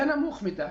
זה נמוך מדי.